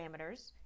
parameters